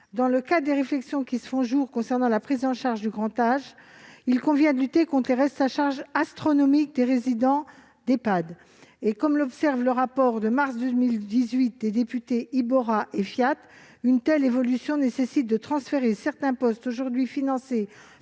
Dans le cadre des réflexions qui se font jour concernant la prise en charge du grand âge, il convient de lutter contre les restes à charge astronomiques des résidents des Ehpad. Comme l'observe le rapport de mars 2018 des députées Iborra et Fiat, une telle évolution nécessite de transférer certains postes, aujourd'hui financés